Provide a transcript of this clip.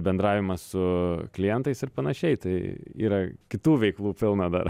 bendravimas su klientais ir panašiai tai yra kitų veiklų pilna dar